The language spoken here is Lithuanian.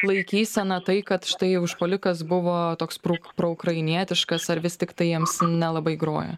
laikyseną tai kad štai užpuolikas buvo toks pru proukrainietiškas ar vis tiktai jiems nelabai groja